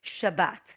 Shabbat